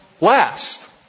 Last